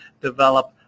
develop